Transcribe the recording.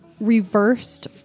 reversed